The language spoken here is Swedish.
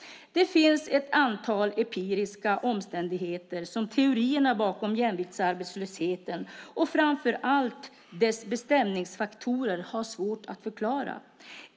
Det finns ett antal empiriska omständigheter som teorierna bakom jämviktsarbetslösheten och framför allt dess bestämningsfaktorer har svårt att förklara.